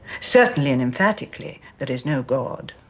certainly and emphatically, there is no god.